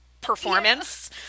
Performance